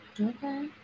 Okay